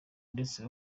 ndetse